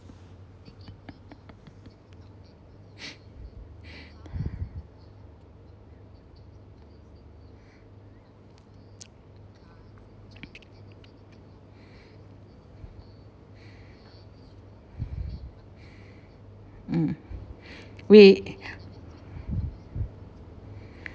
mm we